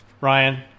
ryan